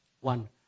one